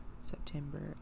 september